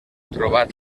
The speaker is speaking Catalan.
trobat